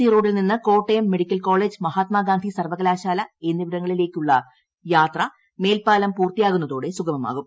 see റോഡിൽ നിന്ന് Kottayam medical college Mahatma Gandhi സർവ്വകിലാശാല എന്നിവിടങ്ങളിലേക്കുള്ള യാത്ര മേൽപ്പാലം പൂർത്തിയാകുന്നത്തോരിട്ട്സുഗമമാകും